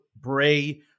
Bray